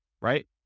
right